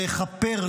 לכפר,